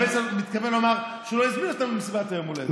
היושב-ראש מתכוון לומר שהוא לא הזמין אותנו למסיבת יום ההולדת.